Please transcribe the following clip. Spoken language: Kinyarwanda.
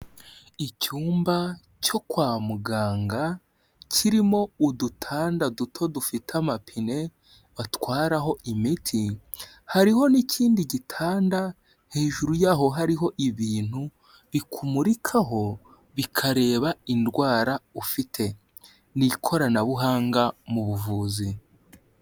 Icyumba cyo kwa muganga kirimo udutanda duto dufite amapine, batwaraho imiti, hariho n'ikindi gitanda hejuru yaho hariho ibintu bikumurikaho bikareba indwara ufite, ni ikoranabuhanga mu buvuzi.